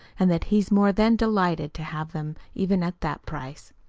and that he's more than delighted to have them even at that price.